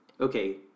okay